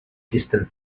distant